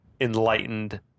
Enlightened